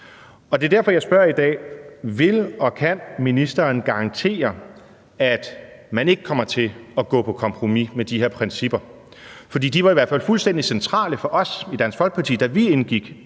Det er derfor, jeg spørger i dag: Vil og kan ministeren garantere, at man ikke kommer til at gå på kompromis med de her principper? For de var i hvert fald fuldstændig centrale for os i Dansk Folkeparti, da vi indgik